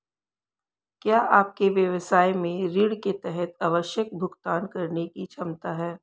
क्या आपके व्यवसाय में ऋण के तहत आवश्यक भुगतान करने की क्षमता है?